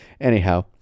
anyhow